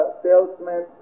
salesman